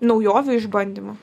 naujovių išbandymų